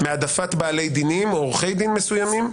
מהעדפות בעלי דינים או עורכי דין מסוימים,